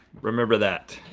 remember that